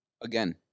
Again